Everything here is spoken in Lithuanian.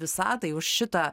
visatai už šitą